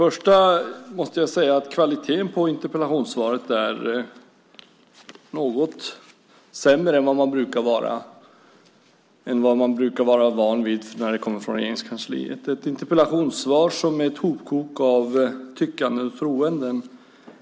Först och främst är kvaliteten på interpellationssvaret något sämre än vad man brukar vara van vid när svaret kommer från Regeringskansliet. Det är ett interpellationssvar som är ett hopkok av diverse tyckande.